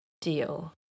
deal